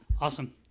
awesome